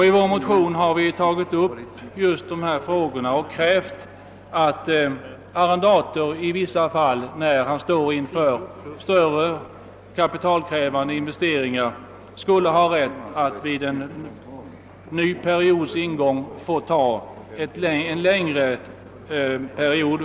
I vår motion har vi tagit upp just dessa frågor och krävt att arrendatorer i vissa fall, när de står inför större kapitalkrävande investeringar, skulle ha rätt att vid en ny periods ingång få en längre arrendeperiod.